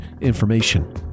information